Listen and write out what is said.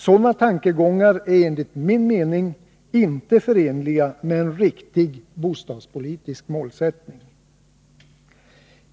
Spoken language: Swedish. Sådana tankegångar är enligt min mening inte förenliga med en riktig bostadspolitisk målsättning.